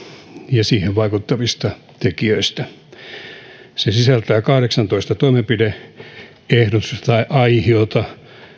ja siihen vaikuttavista tekijöistä se sisältää kahdeksantoista toimenpide ehdotusta tai aihiota